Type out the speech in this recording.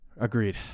Agreed